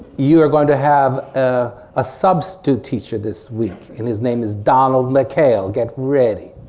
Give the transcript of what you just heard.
you are going to have a ah substitute teacher this week and his name is donald mckayle get ready.